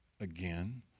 again